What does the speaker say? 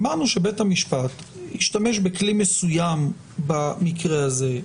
אמרנו שבית המשפט השתמש בכלי מסוים במקרה הזה,